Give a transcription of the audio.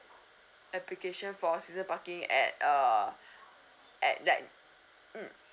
application for season parking at err at that mm